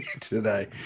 today